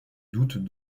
doutent